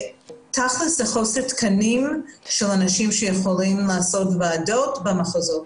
חוסר תקנים של אנשים שיכולים לעשות ועדות במחוזות.